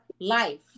life